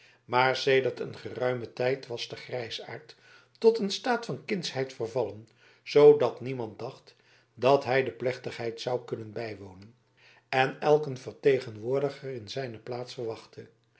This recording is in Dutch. maar sedert een geruimen tijd was de grijsaard tot een staat van kindschheid vervallen zoodat niemand dacht dat hij de plechtigheid zou kunnen bijwonen en elk een vertegenwoordiger in zijne plaats verwachtte